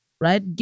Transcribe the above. right